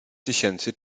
tysięcy